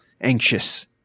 anxious